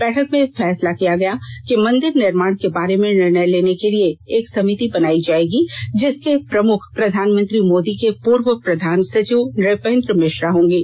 बैठक में फैसला किया गया कि मंदिर निर्माण के बारे में निर्णय लेने के लिए एक समिति बनाई जाएगी जिसके प्रमुख प्रधानमंत्री मोदी के पूर्व प्रधान सचिव नृपेंद्र मिश्रा होंगे